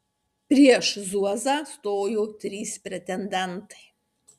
prieš zuozą stojo trys pretendentai